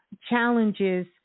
challenges